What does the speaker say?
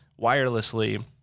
wirelessly